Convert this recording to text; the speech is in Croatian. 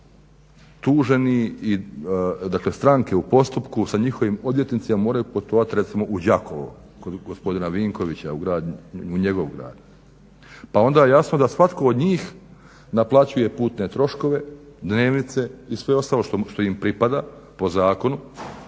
tuženi, dakle stranke u postupku sa njihovim odvjetnicima moraju putovat recimo u Đakovo kod gospodina Vinkovića u njegov grad. Pa onda jasno da svatko od njih naplaćuje putne troškove, dnevnice i sve ostalo što im pripada po zakonu.